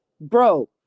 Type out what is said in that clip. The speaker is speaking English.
Bro